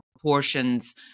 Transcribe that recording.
portions